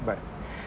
but